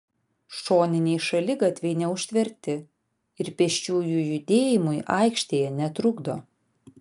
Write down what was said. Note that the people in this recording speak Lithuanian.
šoniniai šaligatviai neužtverti ir pėsčiųjų judėjimui aikštėje netrukdo